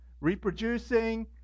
reproducing